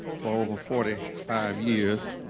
for over forty five years,